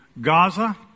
Gaza